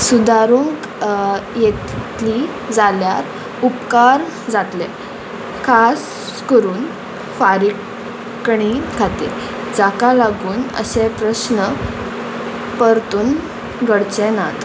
सुदारूंक येतली जाल्यार उपकार जातले खास करून फारीकणी खातीर जाका लागून अशें प्रस्न परतून घडचे नात